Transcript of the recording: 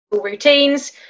routines